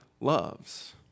loves